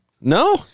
No